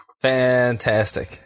Fantastic